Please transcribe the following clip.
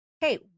hey